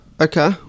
Okay